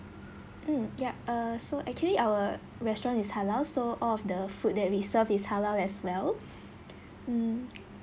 mm yup uh so actually our restaurant is halal so all of the food that we serve is halal as well mm